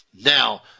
Now